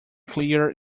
clear